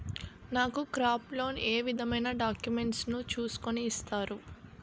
నాకు crop loan ఏ విధమైన డాక్యుమెంట్స్ ను చూస్కుని ఇస్తారు?